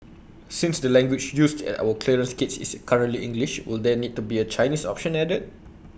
since the language used at our clearance gates is currently English will there need to be A Chinese option added